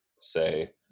say